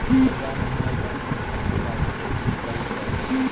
Punjab National Bank एक भारतीय राष्ट्रीयकृत बैंक हौ